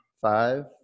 Five